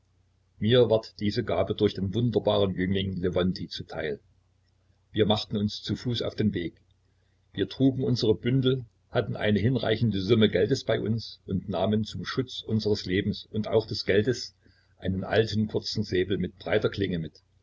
mir ward diese gabe durch den wunderbaren jüngling lewontij zuteil wir machten uns zu fuß auf den weg wir trugen unsere bündel hatten eine hinreichende summe geldes bei uns und nahmen zum schutze unseres lebens und auch des geldes einen alten kurzen säbel mit breiter klinge mit